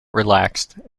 relaxed